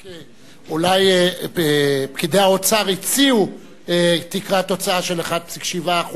רק, אולי, פקידי האוצר הציעו תקרת הוצאה של 1.7%,